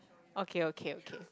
okay okay okay